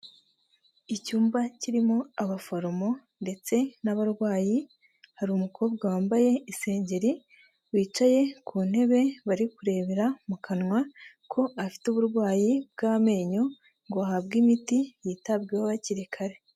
Icyumba kirimo abaforomo ndetse n'abarwayi, hari umukobwa wambaye isengeri wicaye ku ntebe bari kurebera mu kanwa ko afite uburwayi bw'amenyo, ngo ahabwe imiti yitabweho hakiri kare,